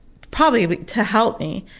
probably to help me,